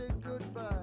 goodbye